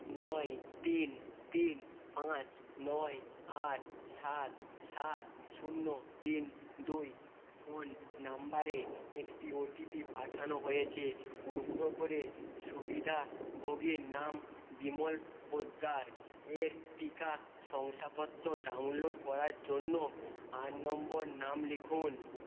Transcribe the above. নয় তিন তিন পাঁচ নয় আট সাত সাত শূন্য তিন দুই ফোন নাম্বারে একটি ওটিপি পাঠানো হয়েছে অনুগ্রহ করে সুবিধাভোগীর নাম বিমল পোদ্দার এর টিকা শংসাপত্র ডাউনলোড করার জন্য আট নম্বর নাম লিখুন